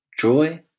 joy